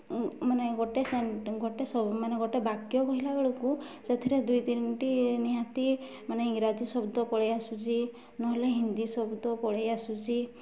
ମାନେ ଗୋଟେ ଗୋଟେ ମାନେ ଗୋଟେ ବାକ୍ୟ କହିଲା ବେଳକୁ ସେଥିରେ ଦୁଇ ତିନିଟି ନିହାତି ମାନେ ଇଂରାଜୀ ଶବ୍ଦ ପଳାଇ ଆସୁଛି ନହେଲେ ହିନ୍ଦୀ ଶବ୍ଦ ପଳାଇ ଆସୁଛି